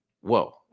whoa